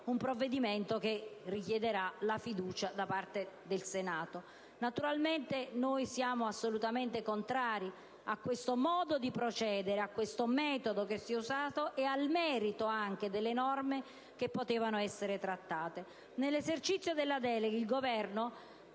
un provvedimento che richiederà l'espressione di un voto di fiducia da parte del Senato. Naturalmente, siamo assolutamente contrari a questo modo di procedere, al metodo che si è usato e al merito delle norme che potevano essere trattate. Nell'esercizio della delega, il Governo,